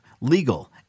legal